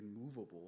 immovable